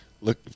look